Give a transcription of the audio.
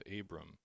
Abram